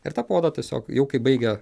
ir tą puodą tiesiog jau kai baigia